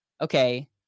okay